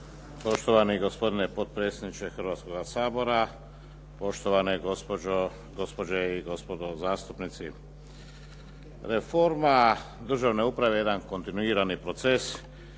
Poštovani gospodine potpredsjedniče Hrvatskoga sabora, poštovane gospođe i gospodo zastupnici. Reforma državne uprave je jedan kontinuirani proces